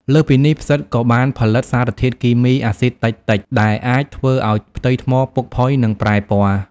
លើសពីនេះ ផ្សិតក៏បានផលិតសារធាតុគីមីអាស៊ីតតិចៗ ដែលអាចធ្វើឱ្យផ្ទៃថ្មពុកផុយ និងប្រែពណ៌។